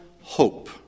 hope